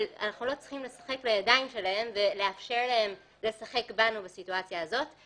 אנחנו לא צריכים לשחק לידיים שלהם ולאפשר להם לשחק בנו בסיטואציה הזאת.